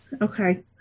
okay